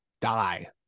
die